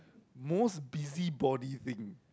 most busybody thing